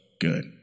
good